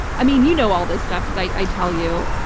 i mean you know all this stuff because i i tell you.